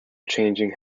changing